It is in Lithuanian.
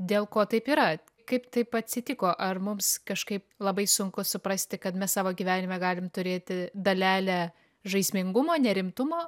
dėl ko taip yra kaip taip atsitiko ar mums kažkaip labai sunku suprasti kad mes savo gyvenime galim turėti dalelę žaismingumo nerimtumo